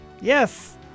Yes